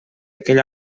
aquell